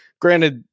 Granted